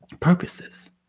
Purposes